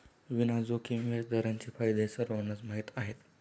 विना जोखीम व्याजदरांचे फायदे सर्वांनाच माहीत आहेत